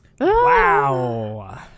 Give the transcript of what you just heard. Wow